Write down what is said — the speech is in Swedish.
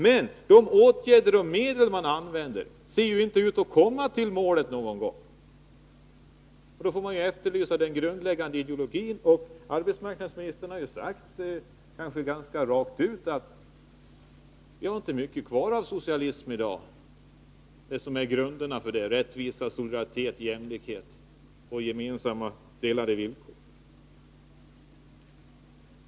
Men med de åtgärder och medel regeringen nu använder ser man inte ut att komma till målet någon gång. Då får man efterlysa den grundläggande ideologin. Arbetsmarknadsministern har ju rakt ut sagt att vi inte har mycket av socialism kvar i dag, av det som är grunden för rättvisa, solidaritet, jämlikhet och gemensamt delade villkor.